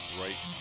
right